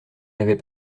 l’avais